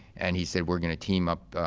and he said we're going to team up,